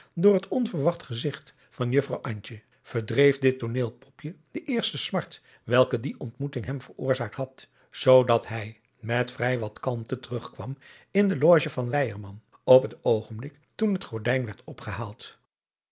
door het onverwacht gezigt van juffrouw antje verdreef dit tooneelpopje de eerste smart welke die ontmoeting hem veroorzaakt had zoo dat hij met vrij wat kalmte terugkwam in de loge van weyerman op het oogenblik toen het gordijn werd opgehaald